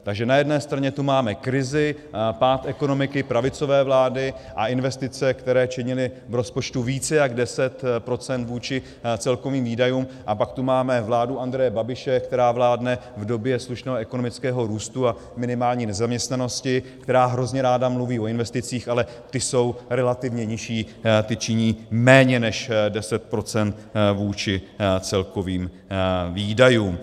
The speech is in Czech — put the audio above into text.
Takže na jedné straně tu máme krizi, pád ekonomiky, pravicové vlády a investice, které činily v rozpočtu více než 10 % vůči celkovým výdajům, a pak tu máme vládu Andreje Babiše, která vládne v době slušného ekonomického růstu a minimální nezaměstnanosti, která hrozně ráda mluví o investicích, ale ty jsou relativně nižší, ty činí méně než 10 % vůči celkovým výdajům.